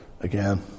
again